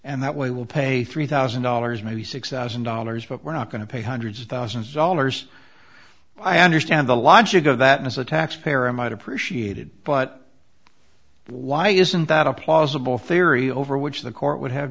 and that way we'll pay three thousand dollars maybe six thousand dollars but we're not going to pay hundreds of thousands of dollars i understand the logic of that as a taxpayer i might appreciate it but why isn't that a plausible theory over which the court would have